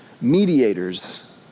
mediators